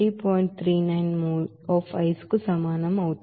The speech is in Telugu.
39 mole of ice కు సమానం అవుతుంది